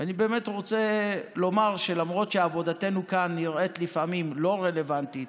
ואני באמת רוצה לומר שלמרות שעבודתנו כאן נראית לפעמים לא רלוונטית